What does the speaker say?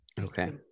Okay